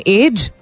age